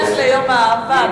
בהמשך ליום האהבה.